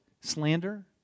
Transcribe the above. slander